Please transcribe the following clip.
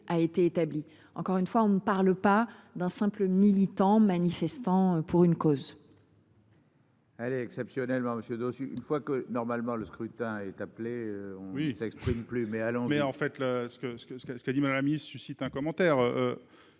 a été établi, encore une fois on ne parle pas d'un simple militant manifestant pour une cause. Elle est exceptionnellement monsieur Dossus une fois que normalement le scrutin est appelé. Oui, s'exprime plus mais alors. Mais en fait le, ce que ce que ce que ce qu'a dit Madame. Il suscite un commentaire.